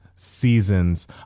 Seasons